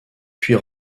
puis